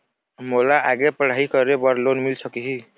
मोला आगे पढ़ई करे बर लोन मिल सकही?